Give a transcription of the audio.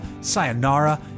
sayonara